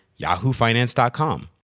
yahoofinance.com